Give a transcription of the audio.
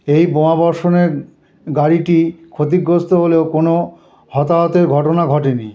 এই বোমাবর্ষণে গাড়িটি ক্ষতিগ্রস্ত হলেও কোনো হতাহতের ঘটনা ঘটে নি